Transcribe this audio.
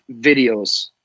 videos